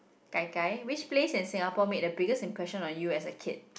gai-gai which place in Singapore made the biggest impression on you as a kid